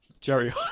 Jerry